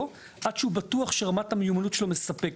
עד שהוא בטוח שרמת המיומנות שלו מספקת.